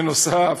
בנוסף,